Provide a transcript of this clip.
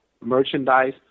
merchandise